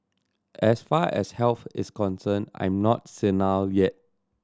as far as health is concerned I'm not senile yet